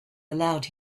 allowed